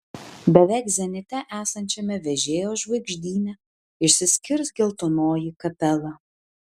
beveik zenite esančiame vežėjo žvaigždyne išsiskirs geltonoji kapela